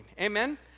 Amen